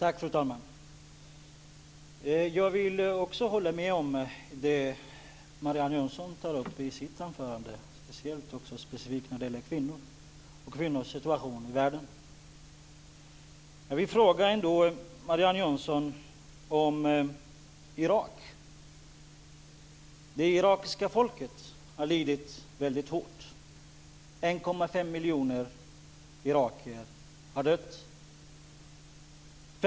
Fru talman! Jag vill också hålla med om det Marianne Jönsson tog upp i sitt anförande, speciellt när det gäller kvinnors situation i världen. Irak. Det irakiska folket har lidit hårt. 1,5 miljoner irakier har dött på grund av sanktionerna.